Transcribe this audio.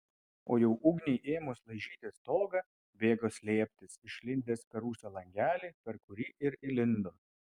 o jau ugniai ėmus laižyti stogą bėgo slėptis išlindęs per rūsio langelį per kurį ir įlindo